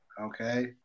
Okay